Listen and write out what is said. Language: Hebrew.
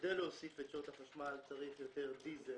בכדי להוסיף את שעות החשמל צריך יותר דיזל